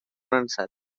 ansat